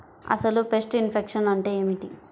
అసలు pest infection అంటే ఏమిటి?